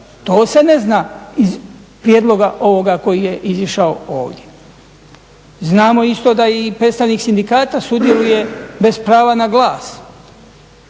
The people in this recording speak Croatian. to se ne zna iz prijedloga ovoga koji je izišao ovdje. Znamo isto da i predstavnik sindikata sudjeluje bez prava na glas.